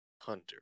Hunter